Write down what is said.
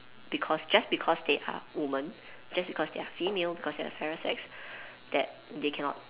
because just because they are women just because they are female because they are inferior sex that they cannot